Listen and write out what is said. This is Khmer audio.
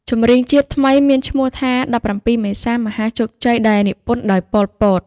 ចម្រៀងជាតិថ្មីមានឈ្មោះថា ១៧មេសា មហាជោគជ័យ ដែលនិពន្ធដោយ ប៉ុល ពត ។